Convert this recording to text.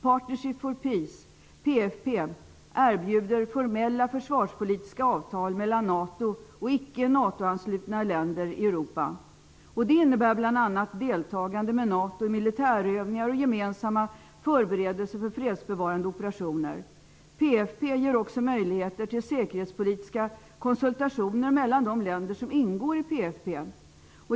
Partnership for peace, PFP, erbjuder formella försvarspolitiska avtal mellan NATO och länder i Europa som icke är anslutna till NATO. Det innebär bl.a. deltagande med NATO i militärövningar och gemensamma förberedelser för fredsbevarande operationer. PFP ger även möjligheter till säkerhetspolitiska konsultationer mellan de länder som ingår i PFP.